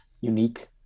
unique